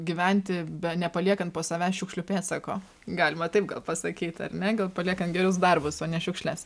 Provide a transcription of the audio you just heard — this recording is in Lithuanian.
gyventi be nepaliekant po savęs šiukšlių pėdsako galima taip gal pasakyt ar ne gal paliekam gerus darbus o ne šiukšles